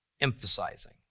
emphasizing